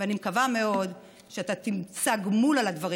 ואני מקווה מאוד שאתה תמצא גמול על הדברים